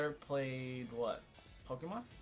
ah played one um um